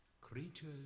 Creatures